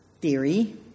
theory